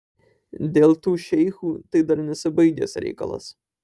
dėl tų šeichų tai dar nesibaigęs reikalas